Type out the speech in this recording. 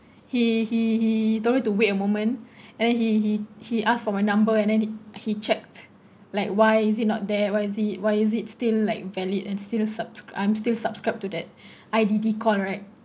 he he he told me to wait a moment and then he he he asked for my number and then he checked like why is it not that why is it why is it still like valid and still sub~ I'm still subscribe to that I_D_D call right